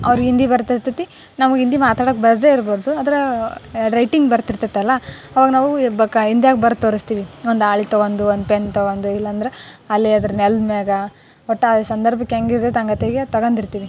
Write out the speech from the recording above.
ಅವ್ರಿಗೆ ಹಿಂದಿ ಬರ್ತಿರ್ತೈತಿ ನಮಗೆ ಹಿಂದಿ ಮಾತಾಡೋಕೆ ಬರದೇ ಇರ್ಬೋದು ಆದ್ರೆ ರೈಟಿಂಗ್ ಬರ್ತಿರ್ತೈತಲ್ಲ ಅವಾಗ ನಾವೂ ಹಿಂದಿಯಾಗ ಬರ್ದು ತೋರಿಸ್ತೀವಿ ಒಂದು ಹಾಳೆ ತಗೊಂಡು ಒಂದು ಪೆನ್ನು ತಗೊಂಡು ಇಲ್ಲಾಂದ್ರೆ ಅಲ್ಲೇ ಯಾವ್ದಾದ್ರೂ ನೆಲ್ದ ಮ್ಯಾಗ ಒಟ್ಟು ಆ ಸಂದರ್ಭಕ್ಕೆ ಹೆಂಗೆ ಇರ್ತೈತೆ ಹಂಗತ್ತಾಗೆ ತಗೊಂಡಿರ್ತೀವಿ